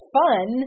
fun